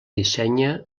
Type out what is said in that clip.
dissenya